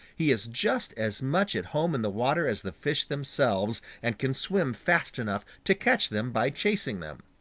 he is just as much at home in the water as the fish themselves, and can swim fast enough to catch them by chasing them.